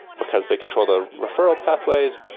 because they control the referral pathways,